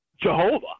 jehovah